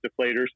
deflators